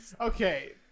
Okay